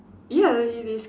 ya it is cool